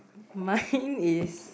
mine is